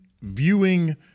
viewing